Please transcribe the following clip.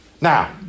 Now